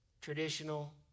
traditional